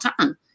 time